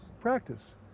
practice